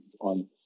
on